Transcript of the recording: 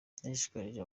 yashishikarije